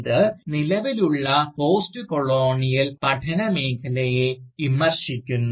ഇത് നിലവിലുള്ള പോസ്റ്റ്കൊളോണിയൽ പഠന മേഖലയെ വിമർശിക്കുന്നു